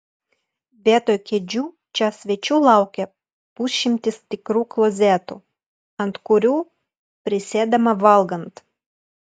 vietoj kėdžių čia svečių laukia pusšimtis tikrų klozetų ant kurių prisėdama valgant